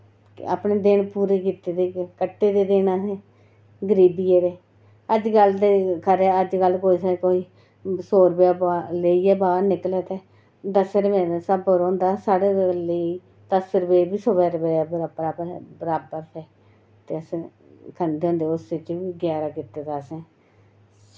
अपने दिन पूरे कीते दे कट्टे दे असें गरीबियै दे अजकल खरे ते अजकल कोई सौ रपेआ लेइयै बाह्र निकले ते दस्सें रपेंऽ दे स्हाबै होंदा साढ़े लेई दस्स रपेऽ बी सौ रपेआ दे बराबर हे ते करदे होंदे असें गुजारा कीते दा आ असें